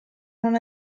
non